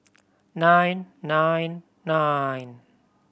nine nine nine